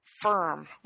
firm